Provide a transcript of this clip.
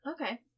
Okay